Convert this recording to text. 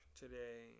today